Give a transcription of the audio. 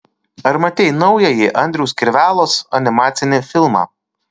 ar matei naująjį andriaus kirvelos animacinį filmą